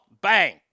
Bang